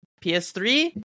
PS3